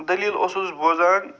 دٔلیٖل اوسُس بوزان